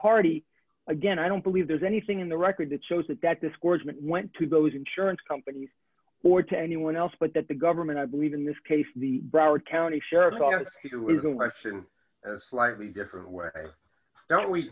party again i don't believe there's anything in the record that shows that that this corpsmen went to those insurance companies or to anyone else but that the government i believe in this case the broward county sheriff's office who is a russian a slightly different way that we